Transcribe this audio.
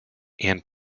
and